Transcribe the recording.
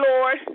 Lord